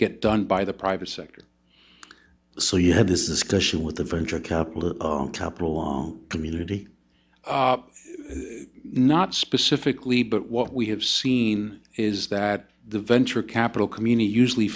get done by the private sector so you have this discussion with the venture capital capital long community not specifically but what we have seen is that the venture capital community usually